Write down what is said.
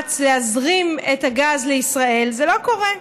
והמאמץ להזרים את הגז לישראל, זה לא קורה.